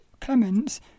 Clements